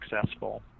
successful